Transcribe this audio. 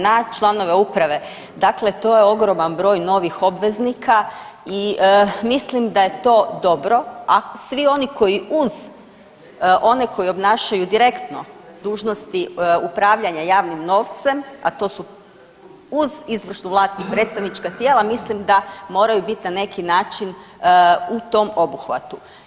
Na članove uprave, dakle to je ogroman broj novih obveznika, i mislim da je to dobro, a svi oni koji uz one koji obnašaju direktno dužnosti upravljanja javnim novcem, a to su uz izvršnu vlast i predstavnička tijela, mislim da moraju bit na neki način u tom obuhvatu.